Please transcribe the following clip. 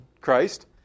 Christ